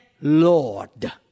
Lord